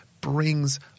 brings